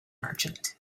merchant